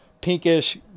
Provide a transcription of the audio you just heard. pinkish